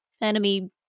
enemy